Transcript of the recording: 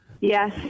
Yes